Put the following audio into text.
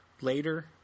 later